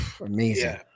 Amazing